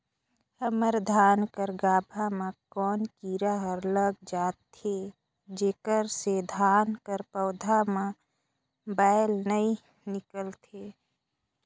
हमर धान कर गाभा म कौन कीरा हर लग जाथे जेकर से धान कर पौधा म बाएल नइ निकलथे?